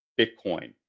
Bitcoin